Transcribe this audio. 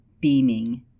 beaming